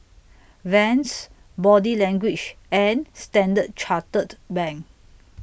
Vans Body Language and Standard Chartered Bank